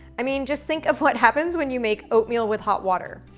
i mean just think of what happens when you make oat meal with hot water.